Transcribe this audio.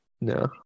No